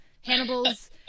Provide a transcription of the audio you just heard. Hannibal's